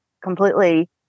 completely